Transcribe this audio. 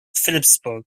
phillipsburg